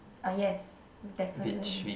uh yes definitely